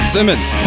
Simmons